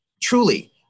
Truly